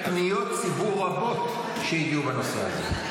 פניות ציבור רבות שהגיעו בנושא הזה.